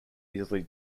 easily